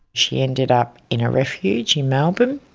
she ended up in a refuge in melbourne.